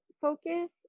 focus